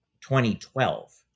2012